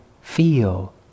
feel